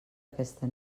aquesta